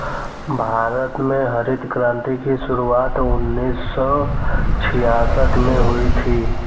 भारत में हरित क्रान्ति की शुरुआत उन्नीस सौ छियासठ में हुई थी